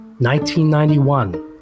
1991